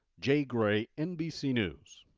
jay gray nbc news.